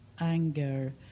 anger